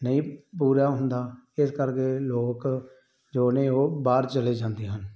ਨਹੀਂ ਪੂਰਾ ਹੁੰਦਾ ਇਸ ਕਰਕੇ ਲੋਕ ਜੋ ਨੇ ਉਹ ਬਾਹਰ ਚਲੇ ਜਾਂਦੇ ਹਨ